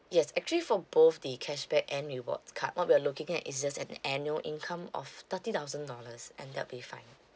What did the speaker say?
yes actually for both the cashback and rewards card what we're looking at is just an annual income of thirty thousand dollars and that'll be fine